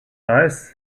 eyes